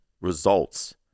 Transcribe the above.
results